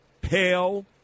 pale